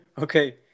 okay